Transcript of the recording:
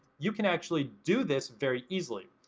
you can actually do this very easily.